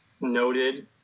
noted